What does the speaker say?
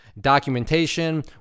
documentation